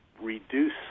reduce